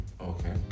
Okay